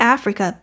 Africa